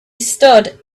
stood